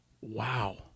Wow